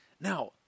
Now